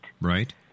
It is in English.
Right